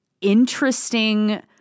interesting